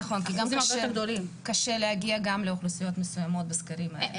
נכון, קשה להגיע לאוכלוסיות מסוימות בסקרים האלה.